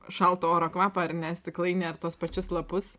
šalto oro kvapą ar ne stiklainy ar tuos pačius lapus